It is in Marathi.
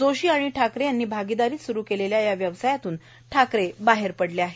जोशी आणि ठाकरे यांनी भागीदारीत सुरू केलेल्या या व्यवसायातून ठाकरे बाहेर पडलेले आहेत